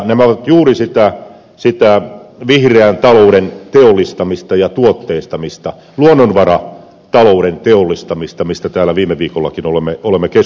nämä ovat juuri sitä vihreän talouden teollistamista ja tuotteistamista luonnonvaratalouden teollistamista mistä täällä viime viikollakin olemme keskustelleet